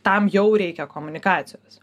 tam jau reikia komunikacijos